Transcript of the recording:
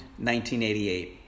1988